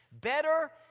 Better